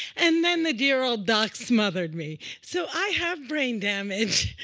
and then the dear old doc smothered me. so i have brain damage.